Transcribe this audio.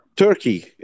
Turkey